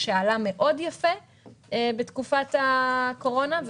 שעלה יפה מאוד בתקופת הקורונה.